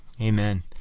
Amen